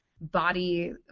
body